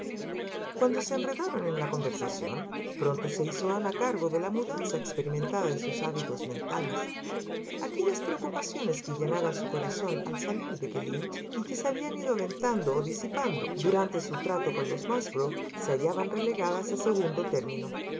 cuando se enredaron en la conversación pronto se hizo ana cargo de la mudanza experimentada en sus hábitos mentales aquellas preocupaciones que llenaran su corazón al salir de kellynch y que se habían ido aventando o disipando durante su trato con los musgrove se hallaban relegadas a segundo término hasta